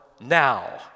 now